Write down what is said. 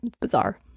Bizarre